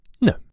No